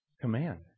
command